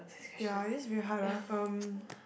ya it is very hard lah um